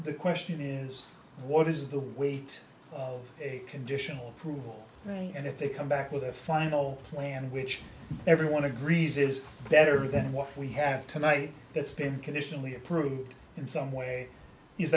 the question is what is the weight of a conditional approval and if they come back with a final plan which everyone agrees is better than what we have tonight that's been conditionally approved in some way